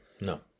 No